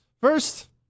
first